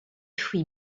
fruits